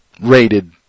rated